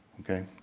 okay